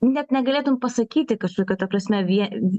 net negalėtum pasakyti kažko ta prasme vieni